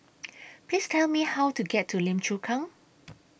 Please Tell Me How to get to Lim Chu Kang